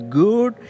good